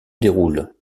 déroule